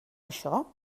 això